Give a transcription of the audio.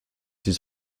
his